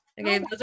Okay